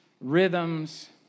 rhythms